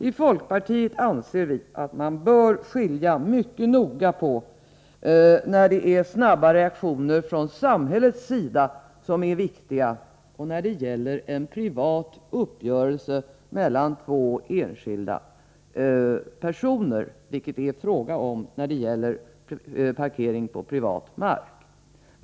I folkpartiet anser vi att man bör skilja mycket noga på när snabba reaktioner från samhällets sida är riktiga och när det gäller en privat uppgörelse emellan två enskilda personer, vilket det är i fråga om parkering på privat mark.